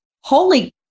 Holy